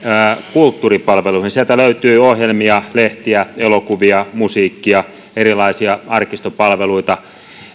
kulttuuripalveluihin sieltä löytyy ohjelmia lehtiä elokuvia musiikkia erilaisia arkistopalveluita